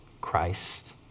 Christ